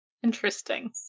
Interesting